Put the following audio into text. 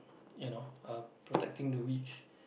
you know uh protecting the weak